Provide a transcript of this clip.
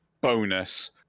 bonus